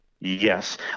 Yes